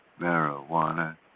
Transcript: Marijuana